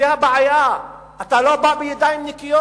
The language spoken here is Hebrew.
זאת הבעיה, אתה לא בא בידיים נקיות.